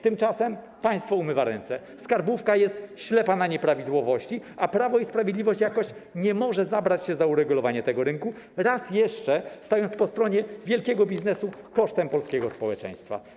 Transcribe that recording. Tymczasem państwo umywa ręce, skarbówka jest ślepa na nieprawidłowości, a Prawo i Sprawiedliwość jakoś nie może zabrać się za uregulowanie tego rynku, raz jeszcze stając po stronie wielkiego biznesu kosztem polskiego społeczeństwa.